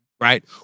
Right